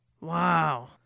Wow